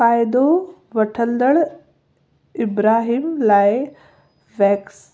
फ़ाइदो वठंदड़ इब्राहिम लाइ वैक्स